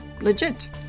legit